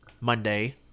Monday